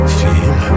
feel